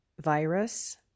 virus